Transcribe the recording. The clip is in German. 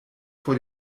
vor